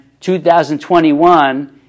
2021